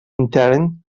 intern